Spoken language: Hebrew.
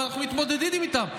אבל אנחנו מתמודדים איתן.